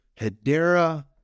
Hedera